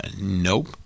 Nope